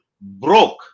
broke